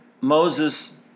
Moses